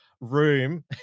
room